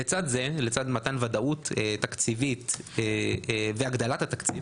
לצד זה, לצד מתן ודאות תקציבית והגדלת התקציב,